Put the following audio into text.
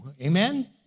Amen